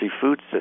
food